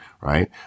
right